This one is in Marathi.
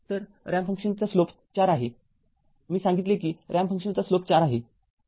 तर रॅम्प फंक्शनचा स्लोप ४ आहेमी सांगितले की रॅम्प फंक्शनचा स्लोप ४ आहे